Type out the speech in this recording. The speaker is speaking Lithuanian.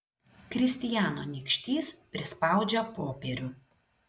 kristijano nykštys prispaudžia popierių